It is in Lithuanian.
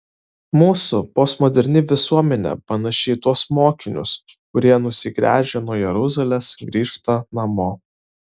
mūsų postmoderni visuomenė panaši į tuos mokinius kurie nusigręžę nuo jeruzalės grįžta namo